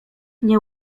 nie